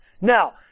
Now